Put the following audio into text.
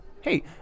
hey